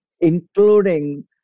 including